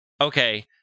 okay